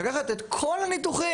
של לקחת את כל הניתוחים,